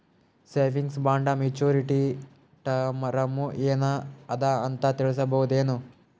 Savings bond maturity term ಏನ ಅದ ಅಂತ ತಿಳಸಬಹುದೇನು?